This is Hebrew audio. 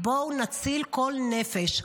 בואו נציל כל נפש.